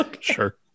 Sure